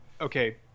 Okay